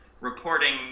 reporting